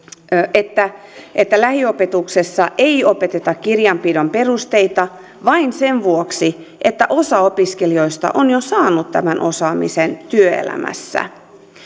että että lähiopetuksessa ei opeteta kirjanpidon perusteita vain sen vuoksi että osa opiskelijoista on jo saanut tämän osaamisen työelämässä